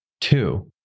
Two